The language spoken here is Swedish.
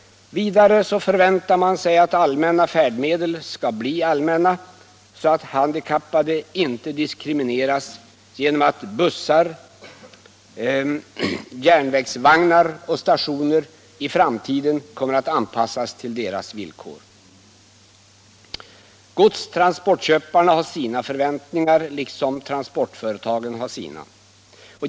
Vidare förväntar man sig att allmänna färdmedel verkligen skall bli allmänna genom att bussar, järnvägsvagnar och stationer i framtiden kommer att anpassas till de handikappades villkor, så att dessa inte diskrimineras. Godstransportköparna har sina förväntningar, liksom transportföretagen har sina.